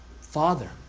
Father